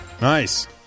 Nice